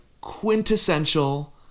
quintessential